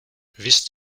wisst